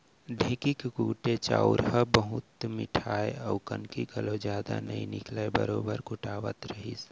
ढेंकी के कुटे चाँउर ह बहुत मिठाय अउ कनकी घलौ जदा नइ निकलय बरोबर कुटावत रहिस